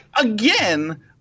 again